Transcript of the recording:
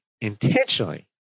intentionally